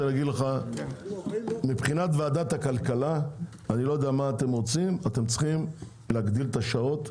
מבחינת ועדת הכלכלה, אתם צריכים להגדיל את השעות.